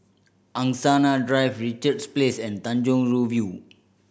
Angsana Drive Richards Place and Tanjong Rhu View